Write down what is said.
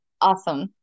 Awesome